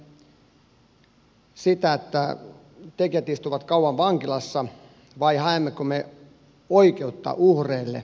haemmeko me sitä että tekijät istuvat kauan vankilassa vai haemmeko me oikeutta uhreille ja heidän omaisilleen